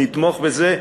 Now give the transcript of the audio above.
נתמוך בזה,